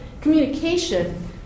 communication